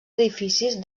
edificis